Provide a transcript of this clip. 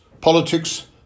politics